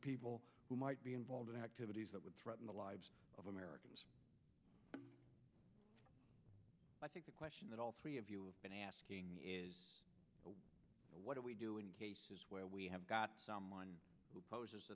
people who might be involved in activities that would threaten the lives of americans i think the question that all three of you have been asking me is what do we do in cases where we have got someone who poses